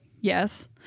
Yes